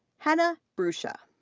hena brucia.